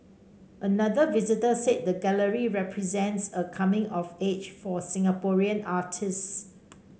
another visitor said the gallery represents a coming of age for Singaporean artists